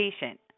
patient